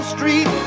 Street